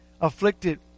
afflicted